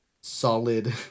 solid